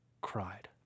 cried